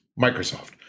Microsoft